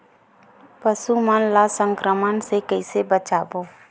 पशु मन ला संक्रमण से कइसे बचाबो?